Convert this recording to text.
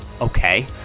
Okay